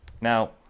Now